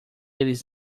eles